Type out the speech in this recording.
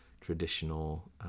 traditional